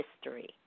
history